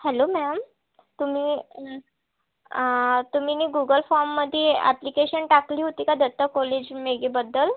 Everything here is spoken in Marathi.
हॅलो मॅम तुम्ही तुम्ही तुम्हीनी गुगल फॉर्ममध्ये ॲप्लीकेशन टाकली होती का दत्ता कॉलेज मेघेबद्दल